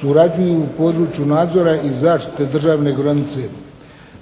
surađuju u području nadzora i zaštite državne granice.